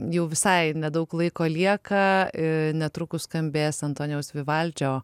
jau visai nedaug laiko lieka ir netrukus skambės antonijaus vivaldžio